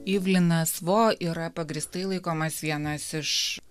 ivlinas vo yra pagrįstai laikomas vienas iš